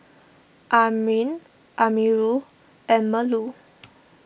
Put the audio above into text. Amrin Amirul and Melur